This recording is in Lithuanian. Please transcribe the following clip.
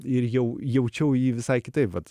ir jau jaučiau jį visai kitaip vat